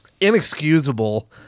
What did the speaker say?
inexcusable